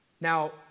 Now